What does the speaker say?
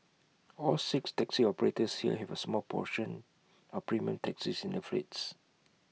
all six taxi operators here have A small proportion of premium taxis in their fleets